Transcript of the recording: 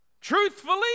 Truthfully